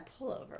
pullover